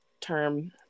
term